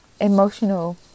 emotional